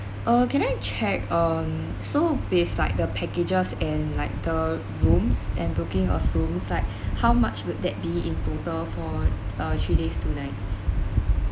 uh can I check um so based like the packages and like the rooms and booking of rooms side how much would that be in total for uh three days two nights